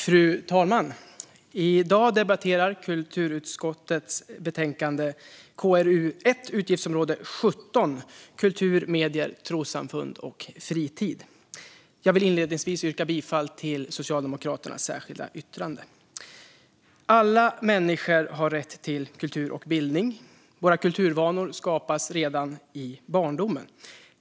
Fru talman! I dag debatteras kulturutskottets betänkande KrU1 som behandlar utgiftsområde 17 Kultur, medier, trossamfund och fritid. Jag vill inledningsvis hänvisa till Socialdemokraternas särskilda yttrande. Alla människor har rätt till kultur och bildning. Våra kulturvanor skapas redan i barndomen.